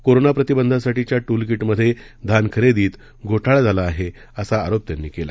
कोरोनाप्रतिबंधासाठीच्या tool किटमधे धानखऱेदीत घोटाळा झाला आहे असा आरोप त्यांनी केला